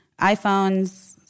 iPhones